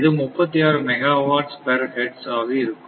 இது 36 megawatts per hertz ஆக இருக்கும்